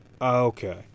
Okay